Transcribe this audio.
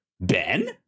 ben